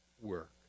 work